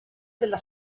della